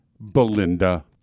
Belinda